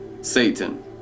Satan